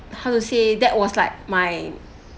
how to say that was like my